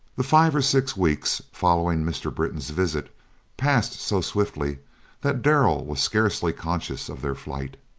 the five or six weeks following mr. britton's visit passed so swiftly that darrell was scarcely conscious of their flight.